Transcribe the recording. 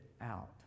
out